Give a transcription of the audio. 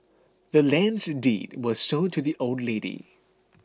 the land's deed was sold to the old lady